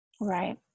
Right